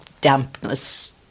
dampness